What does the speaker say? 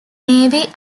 navy